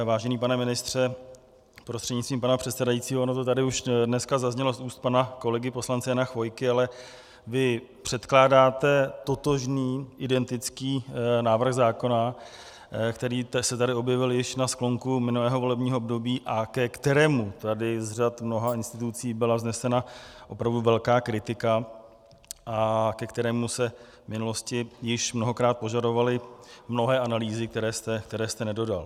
Vážený pane ministře prostřednictvím pana předsedajícího, ono to tady už dneska zaznělo z úst pana kolegy poslance Jana Chvojky, ale vy předkládáte totožný, identický návrh zákona, který se tady objevil již na sklonku minulého volebního období a ke kterému tady z řad mnoha institucí byla vznesena opravdu velká kritika a ke kterému se v minulosti již mnohokrát požadovaly mnohé analýzy, které jste nedodal.